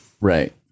right